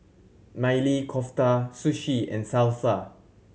Maili Kofta Sushi and Salsa